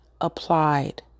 applied